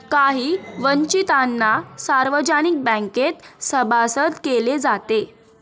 काही वंचितांना सार्वजनिक बँकेत सभासद केले जाते